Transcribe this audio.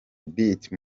betty